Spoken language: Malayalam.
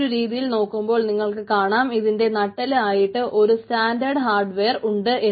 ഈ ഒരു രീതിയിൽ നോക്കുമ്പോൾ നിങ്ങൾക്ക് കാണാം ഇതിന്റെ നട്ടെല്ല് ആയിട്ട് ഒരു സ്റ്റാന്റേഡ് ഹാർഡ്വെയർ ഉണ്ട്